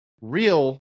real